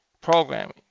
programming